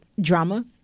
drama